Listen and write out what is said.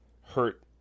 hurt